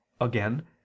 Again